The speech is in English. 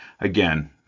again